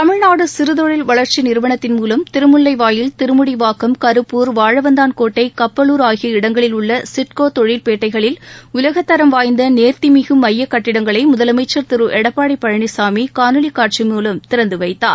தமிழ்நாடு சிறுதொழில் வளர்ச்சி நிறுவனத்தின் மூலம் திருமுல்லைவாயில் திருமுடிவாக்கம் கருப்பூர் வாழவந்தான் கோட்டை கப்பலூர் ஆகிய இடங்களில் உள்ள சிட்கோ தொழிற்பேட்டைகளில் உலகத் தரம் வாய்ந்த நேர்த்திமிகு மையக் கட்டிடங்களை முதலமைச்சர் திரு எடப்பாடி பழனிசாமி காணொலி காட்சி மூலம் திறந்து வைத்தார்